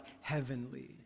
heavenly